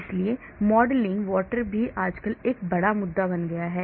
इसलिए modeling water भी आजकल एक बड़ा मुद्दा बन गया है